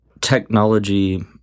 technology